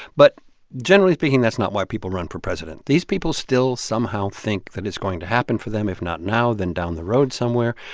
but generally speaking, that's not why people run for president. these people still somehow think that it's going to happen for them, if not now then down the road somewhere.